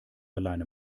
alleine